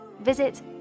Visit